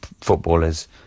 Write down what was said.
footballers